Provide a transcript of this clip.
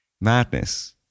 madness